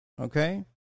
Okay